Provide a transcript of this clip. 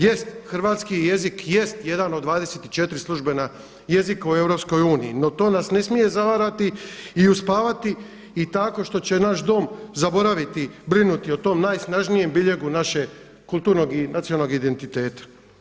Jest, hrvatski jezik jest jedan od 24 službena jezika u EU, no to nas ne smije zavarati i uspavati i tako što će naš dom zaboraviti brinuti o tom najsnažnijem biljegu našeg kulturnog i nacionalnog identiteta.